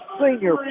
senior